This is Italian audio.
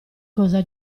cosa